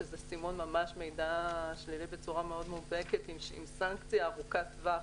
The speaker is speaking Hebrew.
שזה סימון מידע שלילי בצורה מאוד מובהקת עם סנקציה ארוכת טווח